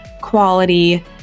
quality